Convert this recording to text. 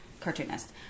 cartoonist